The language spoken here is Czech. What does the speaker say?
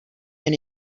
jen